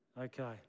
okay